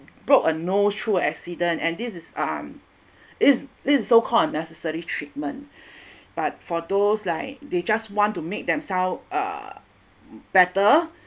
broke a nose through accident and this is um is is so called a necessary treatment but for those like they just want to make them themselves uh better